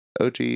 OG